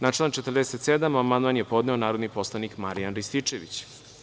Na član 47. amandman je podneo narodni poslanik Marijan Rističević.